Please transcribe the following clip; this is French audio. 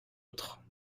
autre